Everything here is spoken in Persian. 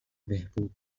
بهبود